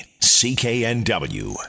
CKNW